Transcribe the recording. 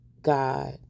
God